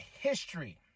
history